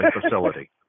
facility